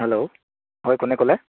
hello হয় কোনে ক'লে